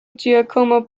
giacomo